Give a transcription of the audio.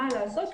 מה לעשות,